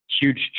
huge